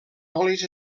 olis